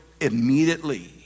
immediately